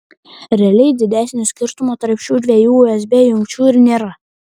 realiai didesnio skirtumo tarp šių dviejų usb jungčių ir nėra